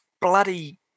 bloody